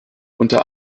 unter